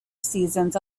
seasons